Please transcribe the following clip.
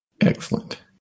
Excellent